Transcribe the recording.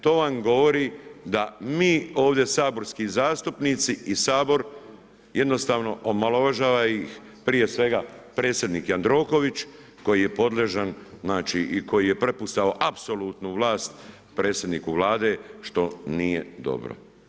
To vam govori da mi ovdje saborski zastupnici i Sabor jednostavno omalovažava ih prije svega predsjednik Jandroković koji je podložan i koji je prepustio apsolutnu vlast predsjedniku Vlade što nije dobro.